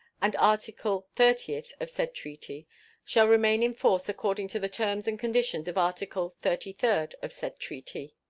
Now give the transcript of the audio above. and article thirtieth of said treaty shall remain in force according to the terms and conditions of article thirty-third of said treaty.